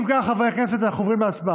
אם כך, חברי הכנסת, אנחנו עוברים להצבעה.